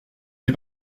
les